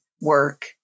Work